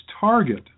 target